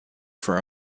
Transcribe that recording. for